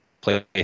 play